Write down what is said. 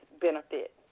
benefit